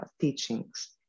teachings